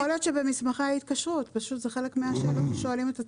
יכול להיות שבמסמכי ההתקשרות זה חלק מהשאלות ששואלים את הצרכנים.